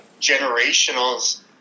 generationals